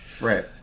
Right